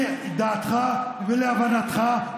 לדעתך ולהבנתך,